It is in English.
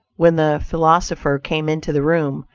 when the philosopher came into the room,